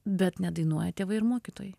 bet nedainuoja tėvai ir mokytojai